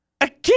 Again